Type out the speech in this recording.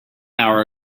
hour